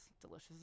delicious